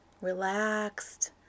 relaxed